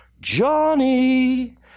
Johnny